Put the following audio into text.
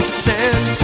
stand